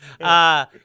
Uh-